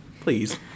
Please